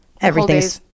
everything's